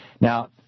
Now